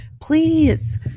please